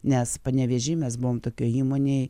nes panevėžy mes buvom tokioj įmonėj